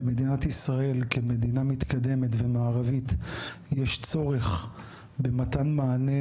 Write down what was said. מדינת ישראל כמדינה מתקדמת ומערבית יש צורך במתן מענה